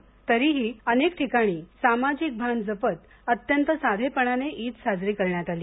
मात्र तरीही अनेक ठिकाणी सामाजिक भान जपत अत्यंत साधेपणाने ईद साजरी करण्यात आली